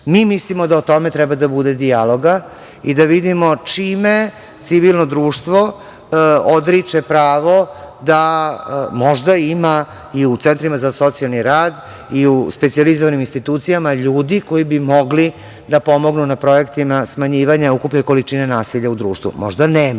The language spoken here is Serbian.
mislimo da o tome treba da bude dijaloga i da vidimo čime civilno društvo odriče pravo da možda ima i u centrima za socijalni rad i u specijalizovanim institucijama ljudi koji bi mogli da pomognu na projektima smanjivanja ukupne količine nasilja u društvu. Možda nema,